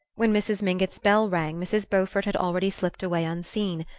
when mrs. mingott's bell rang mrs. beaufort had already slipped away unseen,